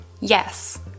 Yes